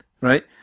right